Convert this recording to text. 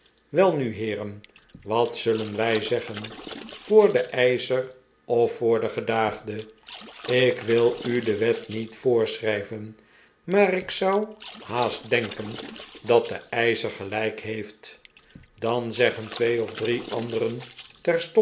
welnu heeren wat zullen wij zeggen voor den eischer of voor den gedaagde ik wil u de wet niet voorschrijven maar ik zou haast denken dat de eischer gelijk heeft dan zeggen twee of drie anderen